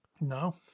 No